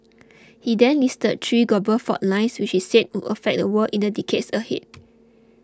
he then listed three global fault lines which he said would affect the world in the decades ahead